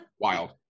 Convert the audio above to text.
wild